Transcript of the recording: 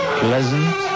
pleasant